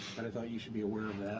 but i thought you should be aware of